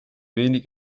wenig